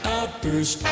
Outburst